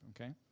okay